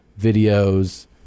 videos